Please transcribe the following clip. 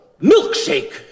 milkshake